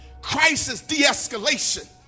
crisis-de-escalation